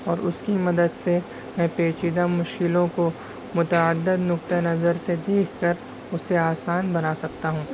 اور اس کی مدد سے میں پیچیدہ مشکلوں کو متعدد نقطۂ نظر سے دیکھ کر اسے آسان بنا سکتا ہوں